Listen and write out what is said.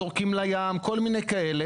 זורקים לים וכל מיני כאלה.